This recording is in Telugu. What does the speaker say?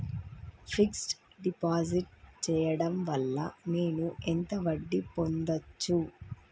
ఫిక్స్ డ్ డిపాజిట్ చేయటం వల్ల నేను ఎంత వడ్డీ పొందచ్చు?